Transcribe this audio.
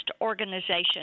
organization